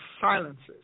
silences